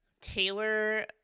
Taylor